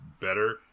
better